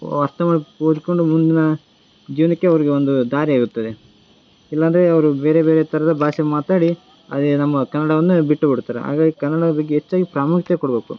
ಅರ್ಥ ಮಾಡಿ ಓದಿಕೊಂಡು ಮುಂದಿನ ಜೀವನಕ್ಕೆ ಅವರಿಗೆ ಒಂದು ದಾರಿ ಆಗುತ್ತದೆ ಇಲ್ಲಾಂದ್ರೆ ಅವರು ಬೇರೆ ಬೇರೆ ಥರದ ಭಾಷೆ ಮಾತಾಡಿ ಎ ನಮ್ಮ ಕನ್ನಡವನ್ನು ಬಿಟ್ಟು ಬಿಡುತ್ತಾರೆ ಹಾಗಾಗಿ ಕನ್ನಡದ ಬಗ್ಗೆ ಹೆಚ್ಚಾಗಿ ಪ್ರಾಮುಖ್ಯತೆ ಕೊಡಬೇಕು